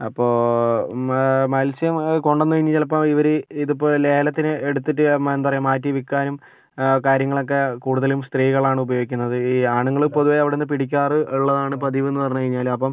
അപ്പോൾ മ മത്സ്യം കൊണ്ടുവന്നു കഴിഞ്ഞാൽ ചിലപ്പോൾ ഇവര് ഇതിപ്പോൾ ലേലത്തിന് എടുത്തിട്ട് എന്താ പറയുക മാറ്റി വിൽക്കാനും കാര്യങ്ങളൊക്കെ കൂടുതലും സ്ത്രീകളാണ് ഉപയോഗിക്കുന്നത് ഈ ആണുങ്ങള് പൊതുവേ അവിടുന്നു പിടിക്കാറ് ഉള്ളതാണ് പതിവെന്ന് പറഞ്ഞ് കഴിഞ്ഞാല് അപ്പം